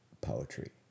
poetry